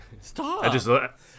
stop